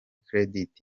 credit